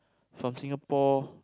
from Singapore